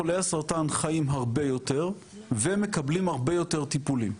חולי הסרטן חיים הרבה יותר ומקבלים הרבה יותר טיפולים,